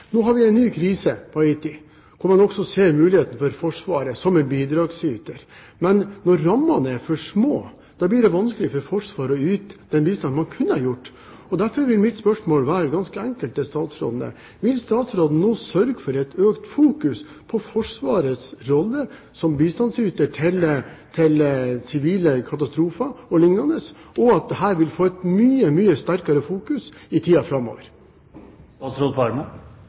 Nå har vi en ny krise på Haiti, hvor man også ser muligheten for Forsvaret som bidragsyter. Men når rammene er for små, blir det vanskelig for Forsvaret å yte den bistanden man kunne ha ytt. Derfor vil mitt spørsmål til statsråden ganske enkelt være: Vil statsråden nå sørge for økt oppmerksomhet om Forsvarets rolle som bistandsyter til sivile katastrofer o.l., og vil dette få mye, mye større oppmerksomhet i tiden framover?